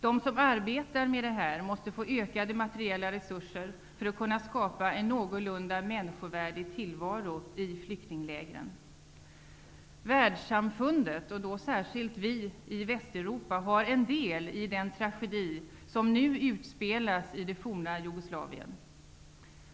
De som arbetar med detta måste få ökade materiella resurser för att kunna skapa en någorlunda människovärdig tillvaro i flyktinglägren. Världssamfundet, och då särskilt vi i Västeuropa, har en del i den tragedi som nu utspelas i det forna Jugoslavien.